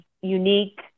unique